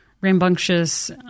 rambunctious